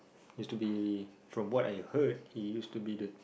used to be from what I heard he used to be the